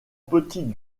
petites